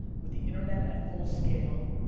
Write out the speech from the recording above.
with the internet at full scale.